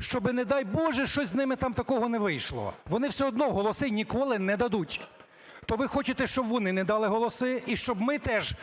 щоби, не дай Боже, щось з ними там такого не вийшло. Вони все одно голоси ніколи не дадуть. То ви хочете, щоб вони не дали голоси, і щоб ми теж,